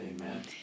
Amen